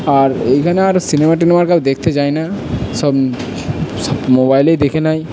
আর এইখানে আর সিনেমা টিনেমা কেউ দেখতে যায় না সব মোবাইলেই দেখে নেয়